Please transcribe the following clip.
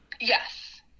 Yes